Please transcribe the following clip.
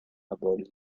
about